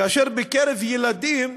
ובקרב ילדים,